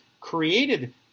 created